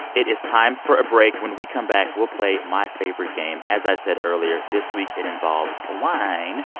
it is time for a break. when we come back, we'll play my favorite game. as i said earlier, this week it involves wine.